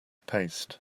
paste